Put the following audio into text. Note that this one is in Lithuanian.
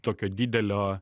tokio didelio